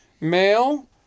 Male